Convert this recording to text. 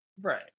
right